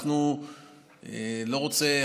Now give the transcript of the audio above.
אני לא רוצה,